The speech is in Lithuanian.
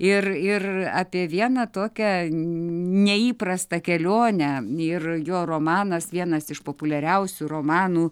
ir ir apie vieną tokią neįprastą kelionę ir jo romanas vienas iš populiariausių romanų